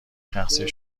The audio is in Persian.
شخصی